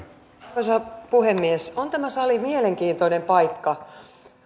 arvoisa puhemies on tämä sali mielenkiintoinen paikka